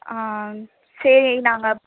ஆ சரி நாங்கள்